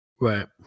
Right